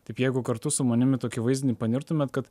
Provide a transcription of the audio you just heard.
taip jeigu kartu su manim į tokį vaizdinį panirtumėt kad